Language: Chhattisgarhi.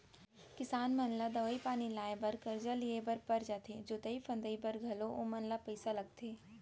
किसान मन ला दवई पानी लाए बर करजा लिए बर पर जाथे जोतई फंदई बर घलौ ओमन ल पइसा लगथे